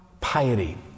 piety